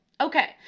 Okay